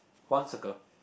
one circle